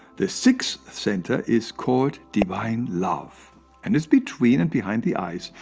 the sixth center is called divine love and is between and behind the eyes.